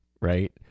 right